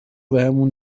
بهمون